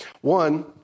One